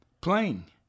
playing